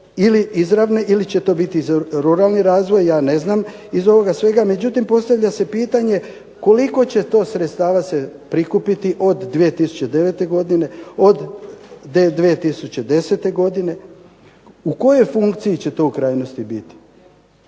izravne ili će to biti ruralni razvoj, ja ne znam iz ovoga svega. Međutim, postavlja se pitanje, koliko će se to sredstava prikupiti od 2009. godine, od 2010. godine? U kojoj funkciji će to u krajnosti biti?